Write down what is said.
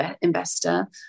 investor